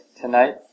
tonight